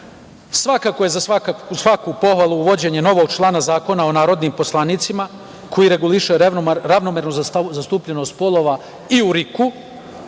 državi. Svakako je za svaku pohvalu uvođenje novog člana Zakona o narodnim poslanicima koji reguliše ravnomernu zastupljenost polova i u RIK-u